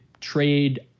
trade